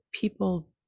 People